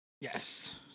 yes